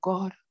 God